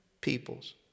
peoples